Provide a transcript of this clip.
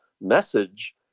message